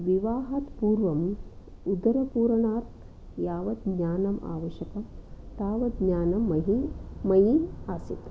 विवाहात् पर्वम् उदरपूरणात् यावत् ज्ञानम् आवश्यकं तावत् ज्ञानं महि मयि आसीत्